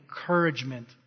encouragement